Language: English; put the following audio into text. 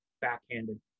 backhanded